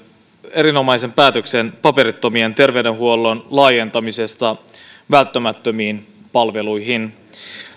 erinomaisen päätöksen paperittomien terveydenhuollon laajentamisesta välttämättömiin palveluihin